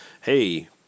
Hey